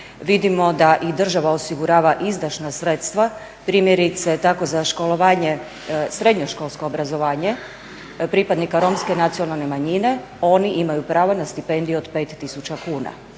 vidimo da i država osigurava izdašna sredstva. Primjerice tako da školovanje srednjoškolsko obrazovanje pripadnika Romske nacionalne manjine oni imaju pravo na stipendiju od pet tisuća